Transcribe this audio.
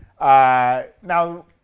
Now